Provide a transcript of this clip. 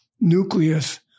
nucleus